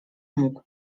mógł